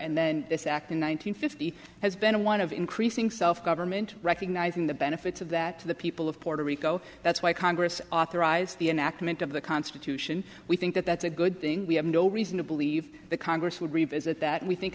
and then this act in one nine hundred fifty has been one of increasing self government recognizing the benefits of that to the people of puerto rico that's why congress authorized the enactment of the constitution we think that that's a good thing we have no reason to believe the congress would revisit that we think